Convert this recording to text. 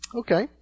okay